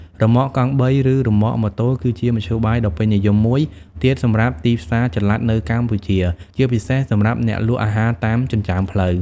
រ៉ឺម៉កកង់បី ឬ រ៉ឺម៉កម៉ូតូ គឺជាមធ្យោបាយដ៏ពេញនិយមមួយទៀតសម្រាប់ទីផ្សារចល័តនៅកម្ពុជា ជាពិសេសសម្រាប់អ្នកលក់អាហារតាមចិញ្ចើមផ្លូវ។